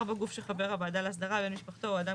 4. גוף שחבר הוועדה להסדרה או בן משפחתו או אדם